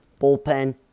bullpen